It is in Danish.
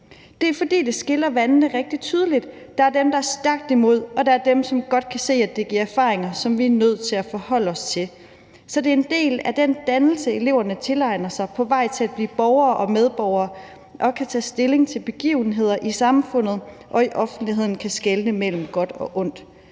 Det er, fordi det skiller vandene rigtig tydeligt. Der er dem, der er stærkt imod, og der er dem, som godt kan se, at det giver erfaringer, som vi er nødt til at forholde os til. Så det er en del af den dannelse, eleverne tilegner sig på vej til at blive borgere og medborgere og kan tage stilling til begivenheder i samfundet og i offentligheden og kan skelne mellem godt og ondt.